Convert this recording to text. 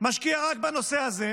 רק בנושא הזה.